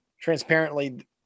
transparently